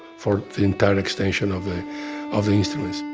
for the entire extension of ah of the instruments.